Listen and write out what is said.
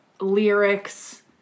lyrics